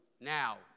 Now